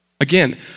Again